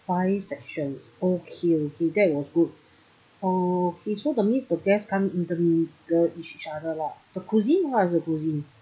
five sections okay okay that was good okay so that means the guests come interact each other lah the cuisine what are the cuisines